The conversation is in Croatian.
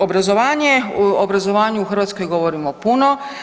Obrazovanje, u obrazovanju u Hrvatskoj govorimo puno.